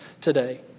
today